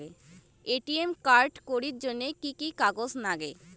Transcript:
ATM card করির জন্যে কি কি কাগজ নাগে?